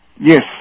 yes